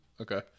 okay